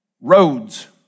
Roads